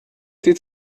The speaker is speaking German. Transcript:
die